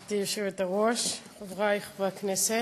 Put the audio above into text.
גברתי היושבת-ראש, תודה, חברי חברי הכנסת,